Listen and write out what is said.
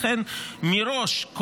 לכן מראש,